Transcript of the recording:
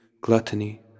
gluttony